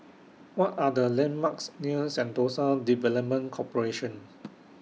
What Are The landmarks near Sentosa Development Corporation